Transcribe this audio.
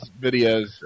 videos